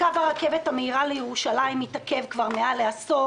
קו הרכבת המהירה לירושלים מתעכב כבר יותר מעשור